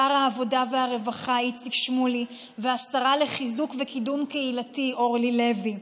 שר העבודה והרווחה איציק שמולי והשרה לחיזוק וקידום קהילתי אורלי לוי,